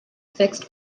fixed